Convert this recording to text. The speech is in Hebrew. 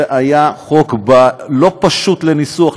זה היה חוק לא פשוט לניסוח,